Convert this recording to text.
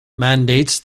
mandates